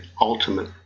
ultimate